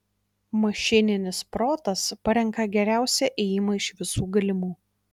mašininis protas parenka geriausią ėjimą iš visų galimų